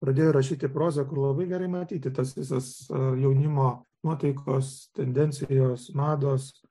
pradėjo rašyti prozą kur labai gerai matyti tas visas jaunimo nuotaikos tendencijos mados